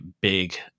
big